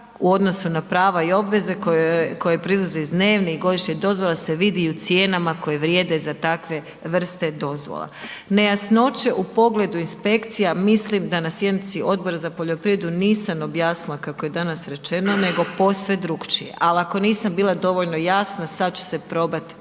u odnosu na prava i obveze koje proizlaze iz dnevne i godišnje dozvole se vidi i u cijenama koje vrijede za takve vrste dozvola. Nejasnoće u pogledu inspekcija mislim da na sjednici Odbora za poljoprivredu nisam objasnila kako je danas rečeno nego posve drukčije ali ako nisam bila dovoljno jasna, sad ču se probat